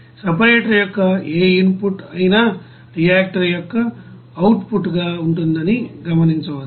separator యొక్క ఏ input అయినా రియాక్టివ్ యొక్క అవుట్ పుట్ గా ఉంటుందని గమనించవచ్చు